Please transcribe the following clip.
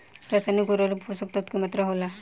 रसायनिक उर्वरक में पोषक तत्व की मात्रा होला?